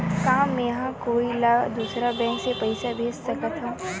का मेंहा कोई ला दूसर बैंक से पैसा भेज सकथव?